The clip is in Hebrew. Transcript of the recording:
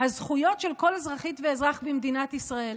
הזכויות של כל אזרחית ואזרח במדינת ישראל.